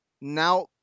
now